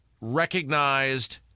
recognized